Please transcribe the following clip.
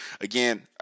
again